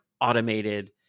automated